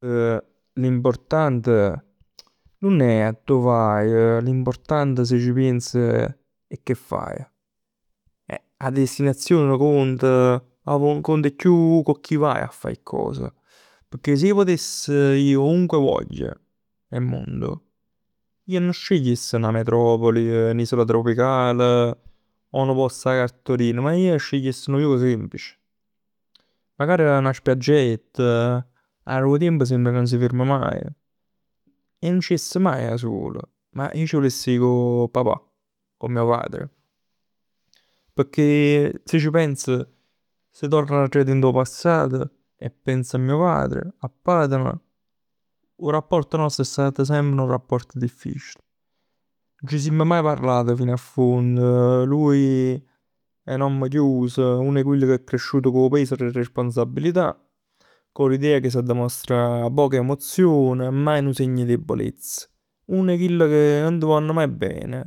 L'important nun è a truvà l'importante si c' piens è che fai. 'A destinazion cont, ma cont 'e chiù cu chi vaj a fa 'e cos. Pecchè si ij putess ji ovunque voglio nel mondo ij nun scegliess 'na metropoli o l'isola tropical o nu post 'a cartolin. Ma ij scegliess nu post semplice. Magari 'na spiaggett, arò 'o tiemp sembra ca nun s' ferm maj. Ij nun c' jess maje asul, ma ij ci vuless ji cu papà. Con mio padre. Pecchè si ci pens, si torn aret dint 'o passat e penso a mio padre, 'a patm, 'o rapporto nost 'e stat semp nu rapporto difficil. Nun ci simm maje parlat fino a fondo. Lui è n'omm chiuso, uno 'e chill che è cresciuto cu 'o peso d' 'e responsabilità. Cu l'idea che s'adda dimostrà poche emozioni e maje nu segno 'e debolezz. Uno 'e chill ca nun t' vonn maje bene.